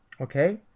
Okay